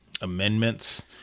amendments